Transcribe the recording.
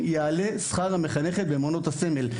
יעלה שכר המחנכת במעונות הסמל,